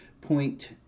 Point